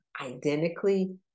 identically